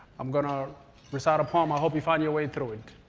i'm going to recite a poem. i hope you find your way through it.